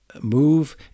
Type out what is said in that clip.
move